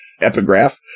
Epigraph